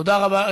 תודה רבה,